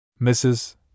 Mrs